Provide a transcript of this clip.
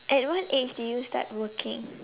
at what age did you start working